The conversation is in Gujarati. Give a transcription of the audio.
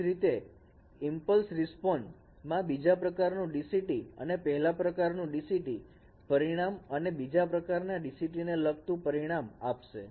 તે જ રીતે ઈમપલ્સ રિસ્પોન્સ માં બીજા પ્રકારનું DCT અને પેહેલા પ્રકારનું DCT પરિણામ તમને બીજા પ્રકારના DCT ને લગતું પરિણામ આપશે